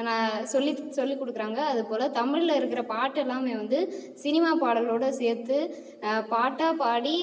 என்ன சொல்லி சொல்லி கொடுக்கறாங்க அதுபோலே தமிழில் இருக்கிற பாட்டு எல்லாமே வந்து சினிமா பாடல்களோடு சேர்த்து பாட்டாப்பாடி